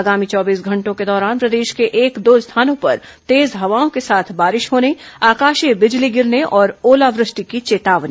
आगामी चौबीस घंटों के दौरान प्रदेश के एक दो स्थानों पर तेज हवाओं के साथ बारिश होने आकाशीय बिजली गिरने और ओलावृष्टि की चेतावनी